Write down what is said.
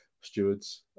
stewards